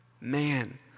man